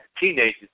teenagers